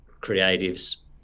creatives